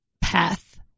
path